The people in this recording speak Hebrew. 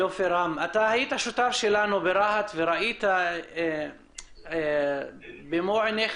היית שותף שלנו ברהט וראית במו עיניך